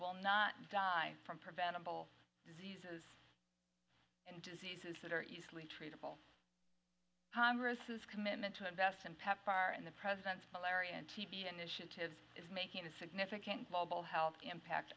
will not die from preventable diseases and diseases that are easily treatable congress's commitment to invest in pepfar and the president's malaria and tb initiatives is making a significant global health impact